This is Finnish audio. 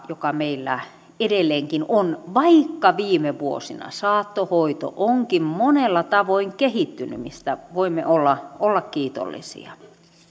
joka meillä edelleenkin on vaikka viime vuosina saattohoito onkin monilla tavoin kehittynyt mistä voimme olla olla kiitollisia